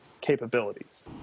capabilities